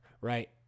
right